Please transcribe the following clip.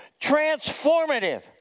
Transformative